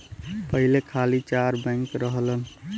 पहिले खाली चार बैंकन रहलन